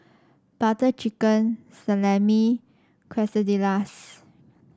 Butter Chicken Salami Quesadillas